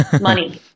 money